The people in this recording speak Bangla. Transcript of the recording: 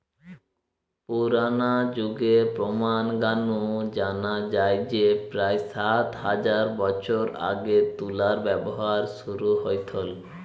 পুরনা যুগের প্রমান গা নু জানা যায় যে প্রায় সাত হাজার বছর আগে তুলার ব্যবহার শুরু হইথল